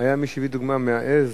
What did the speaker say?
היה מי שהביא דוגמה מהעז,